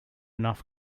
enough